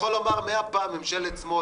אתה יכול לומר מאה פעם "ממשלת שמאל".